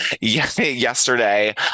Yesterday